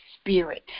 spirit